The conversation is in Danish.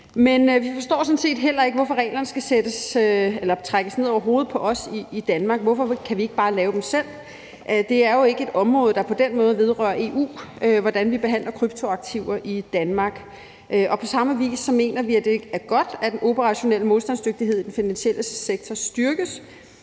men vi forstår sådan set ikke, hvorfor reglerne skal trækkes ned over hovedet på os i Danmark. Hvorfor kan vi ikke bare lave dem selv? Det er jo ikke et område, der på den måde vedrører EU, altså hvordan vi behandler kryptoaktiver i Danmark. Vi mener også, at det er godt, at den operationelle modstandsdygtighed i den finansielle sektor styrkes,